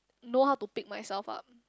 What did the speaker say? know how to pick myself up